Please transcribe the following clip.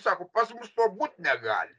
sako pas mus to būt negali